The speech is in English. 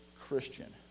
Christian